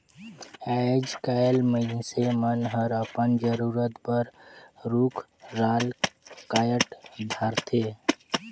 आयज कायल मइनसे मन हर अपन जरूरत बर रुख राल कायट धारथे